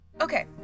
Okay